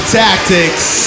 tactics